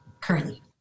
Currently